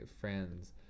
friends